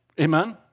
Amen